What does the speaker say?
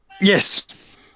Yes